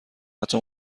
حتی